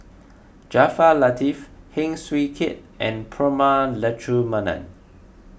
Jaafar Latiff Heng Swee Keat and Prema Letchumanan